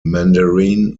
mandarin